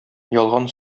ялган